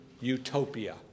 utopia